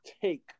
take